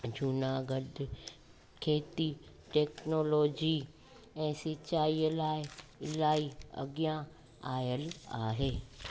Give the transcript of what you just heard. जूनागढ़ खेती टेक्नोलोजी ऐं सींचाईअ लाइ इलाही अॻियां आयलु आहे